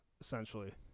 essentially